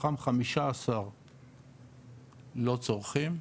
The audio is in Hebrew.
מתוכם 15 לא צורכים,